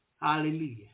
Hallelujah